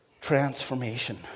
transformation